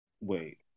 wait